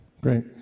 Great